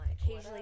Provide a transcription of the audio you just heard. Occasionally